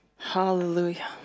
Hallelujah